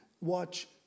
watch